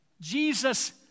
Jesus